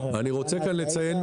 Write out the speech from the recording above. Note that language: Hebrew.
להכיר לכם